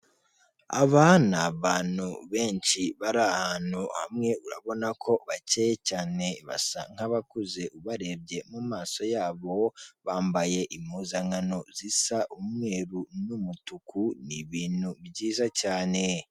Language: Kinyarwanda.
Aba ni abantu benshi bari ahantu hamwe urabona ko bakeye cyane basa nk'abakuze ubarebye mu maso, yabo bambaye impuzankano zisa umweru n'umutuku ni ibintu byiza cyane.